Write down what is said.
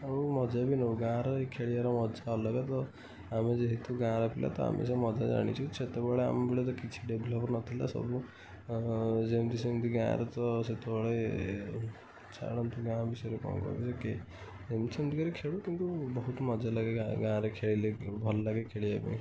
ଆଉ ମଜା ବି ନେଉ ଗାଁର ଖେଳିବାର ମଜା ଅଲଗା ତ ଆମେ ଯେହେତୁ ଗାଁର ପିଲା ତ ଆମେ ସେ ମଜା ଜାଣିଛୁ ସେତେବେଳେ ଆମ ବେଳେ ତ କିଛି ଡେଭଲପ୍ ନଥିଲା ସବୁ ଯେମିତି ସେମିତି ଗାଁର ତ ସେତେବେଳେ ଛାଡ଼ନ୍ତୁ ଗାଁ ବିଷୟରେ କ'ଣ କହିବି ଏମିତି ସେମିତି କରିକି ଖେଳୁ କିନ୍ତୁ ବହୁତ ମଜା ଲାଗେ ଗାଁ ଗାଁରେ ଖେଳିଲେ ଭଲ ଲାଗେ ଖେଳିବା ପାଇଁ